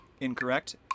Incorrect